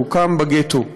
שהוקם בגטו.